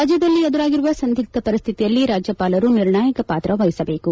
ರಾಜ್ಯದಲ್ಲಿ ಎದುರಾಗಿರುವ ಸಂದಿಗ್ದ ಪರಿಸ್ಥಿತಿಯಲ್ಲಿ ರಾಜ್ಯಪಾಲರು ನಿರ್ಣಾಯಕ ಪಾತ್ರ ವಹಿಸಬೇಕು